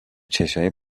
چشمای